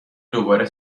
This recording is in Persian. دوباره